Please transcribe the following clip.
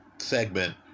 Segment